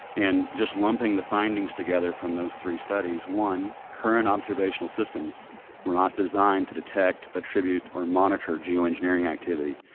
and just lumping the findings together from those three studies, one, current observational systems were not designed to detect, attribute or monitoring geo-engineering activity.